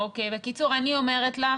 אוקיי, בקיצור אני אומרת לך,